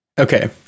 Okay